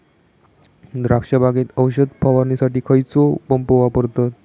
द्राक्ष बागेत औषध फवारणीसाठी खैयचो पंप वापरतत?